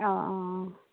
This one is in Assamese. অঁ অঁ